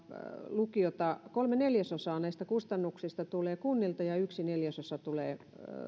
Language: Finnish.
lukiota kolme neljäsosaa näistä kustannuksista tulee kunnilta ja yksi neljäsosa tulee